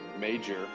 major